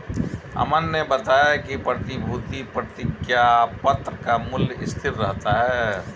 अमन ने बताया कि प्रतिभूति प्रतिज्ञापत्र का मूल्य स्थिर रहता है